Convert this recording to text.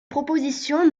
proposition